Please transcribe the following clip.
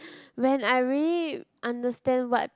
when I really understand what